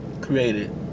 created